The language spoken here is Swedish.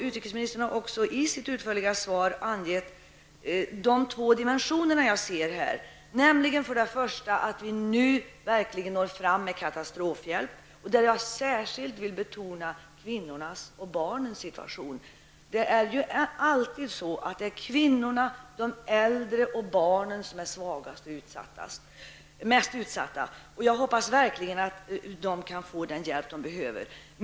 Utrikesministern har också i sitt utförliga svar angett de två dimensioner jag ser här. Det är viktigt att vi nu verkligen når fram med katastrofhjälp. Jag vill särskilt betona kvinnornas och barnens situation. Det är alltid kvinnorna, barnen och de äldre som är svagast och mest utsatta. Jag hoppas verkligen att de kan få den hjälp de behöver.